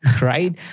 right